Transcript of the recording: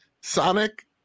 Sonic